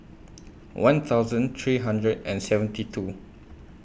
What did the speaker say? one thousand three hundred and seventy two